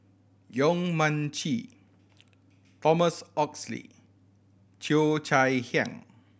Yong Mun Chee Thomas Oxley Cheo Chai Hiang